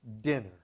dinner